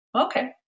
Okay